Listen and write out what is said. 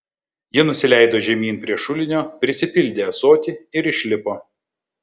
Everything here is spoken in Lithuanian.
ji nusileido žemyn prie šulinio prisipildė ąsotį ir išlipo